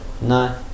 No